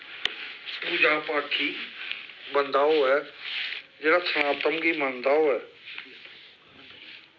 पूजा पाठी बंदा होऐ जेह्ड़ा सनातन गी मन्नदा होऐ